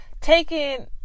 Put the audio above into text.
taking